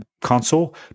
console